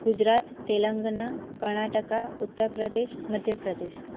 Gujarat Telangana Karnataka Uttar Pradesh Madhya Pradesh